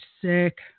sick